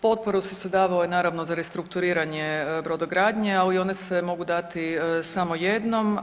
Potpore su se davale naravno za restrukturiranje brodogradnje, ali i one se mogu dati samo jednom.